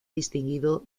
distinguido